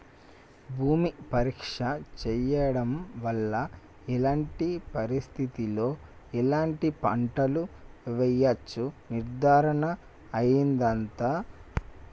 భూమి పరీక్ష చేయించడం వల్ల ఎలాంటి పరిస్థితిలో ఎలాంటి పంటలు వేయచ్చో నిర్ధారణ అయితదా?